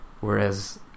whereas